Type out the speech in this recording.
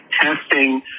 testing